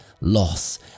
loss